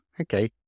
okay